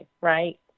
right